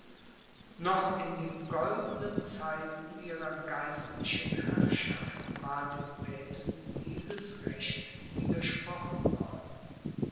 noch in den goldnen zeiten ihrer geistlichen herrschaft war den päpsten dieses recht widersprochen worden